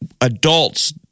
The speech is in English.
adults